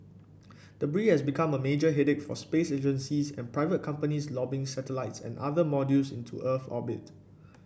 debris has become a major headache for space agencies and private companies lobbing satellites and other modules into Earth orbit